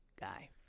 guy